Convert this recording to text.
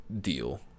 deal